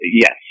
Yes